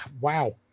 wow